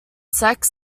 sex